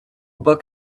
book